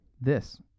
This